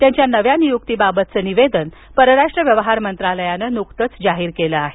त्यांच्या नव्या नियुक्तीबाबतचं निवेदन परराष्ट्र मंत्रालयानं जाहीर केलं आहे